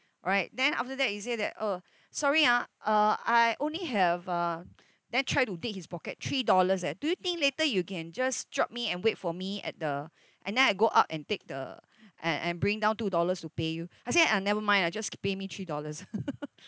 alright then after that he say that oh sorry ah uh I only have uh then try to dig his pocket three dollars eh do you think later you can just drop me and wait for me at the and then I go up and take the and and bring down two dollars to pay you I said ah nevermind lah just pay me three dollars